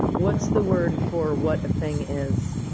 what's the word for what a thing is?